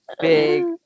Big